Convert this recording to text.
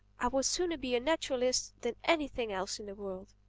i would sooner be a naturalist than anything else in the world.